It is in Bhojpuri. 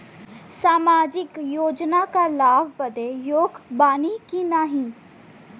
सामाजिक योजना क लाभ बदे योग्य बानी की नाही?